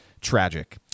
tragic